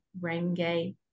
Renge